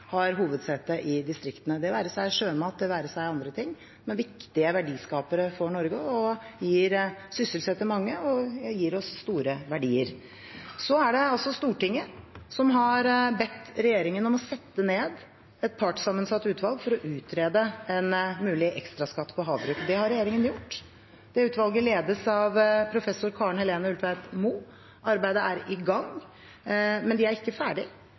har hovedsete i distriktene – det være seg sjømat, det være seg andre ting som er viktige verdiskapere for Norge, og som sysselsetter mange og gir oss store verdier. Det er Stortinget som har bedt regjeringen om å sette ned et partssammensatt utvalg for å utrede en mulig ekstraskatt på havbruk. Det har regjeringen gjort. Det utvalget ledes av professor Karen Helene Ulltveit-Moe. Arbeidet er i gang, men det er ikke ferdig.